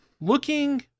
Looking